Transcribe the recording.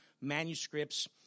manuscripts